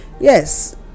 Yes